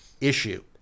issue